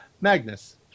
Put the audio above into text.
Magnus